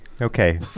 Okay